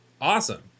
Awesome